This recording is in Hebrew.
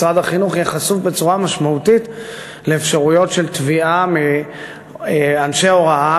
משרד החינוך יהיה חשוף בצורה משמעותית לאפשרויות של תביעה מאנשי הוראה,